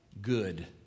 good